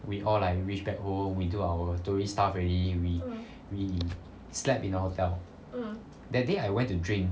we all like reach back home we do our tourist stuff already we we slept in the hotel that day I went to drink